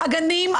הגנים,